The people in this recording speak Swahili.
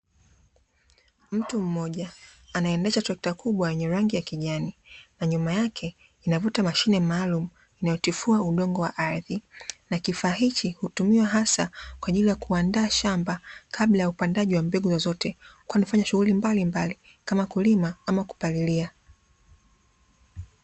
Mtu mmoja, anaendesha trekta kubwa yenye rangi ya kijani na nyuma yake inavuta mashine maalumu inayotifua udongo wa ardhi, na kifaa hiki hutumiwa hasa kwa ajili ya kuandaa shamba kabla ya upandaji wa mbegu zozote, kwani hufanya shughuli mbalimbali kama kulima au kupalilia.